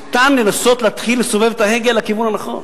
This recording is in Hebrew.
ניתן לנסות להתחיל לסובב את ההגה לכיוון הנכון.